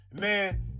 Man